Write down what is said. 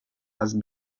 had